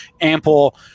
ample